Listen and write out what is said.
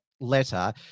letter